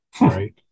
right